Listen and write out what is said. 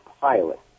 pilot